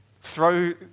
throw